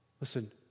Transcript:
Listen